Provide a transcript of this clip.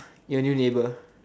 your new neighbour